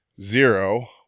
zero